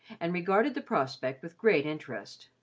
and regarded the prospect with great interest.